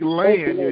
land